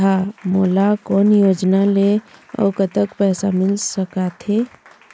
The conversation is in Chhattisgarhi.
था मोला कोन योजना ले अऊ कतक पैसा मिल सका थे?